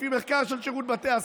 לפי מחקר של שירות בתי הסוהר,